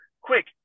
Quick